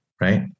Right